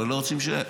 אבל לא רוצים לשלם.